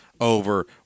over